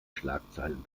schlagzeilen